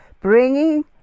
bringing